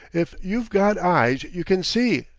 if you've got eyes, you can see,